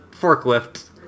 forklift